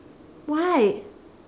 why